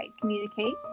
communicate